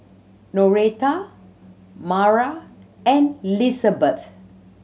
Noreta Mara and Lizabeth